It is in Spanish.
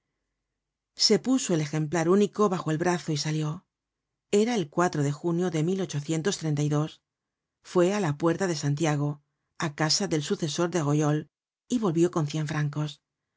se puso el ejemplar único bajo el brazo y salió era el de junio de fué á la puerta de santiago á casa del sucesor de royol y volvió con cien francos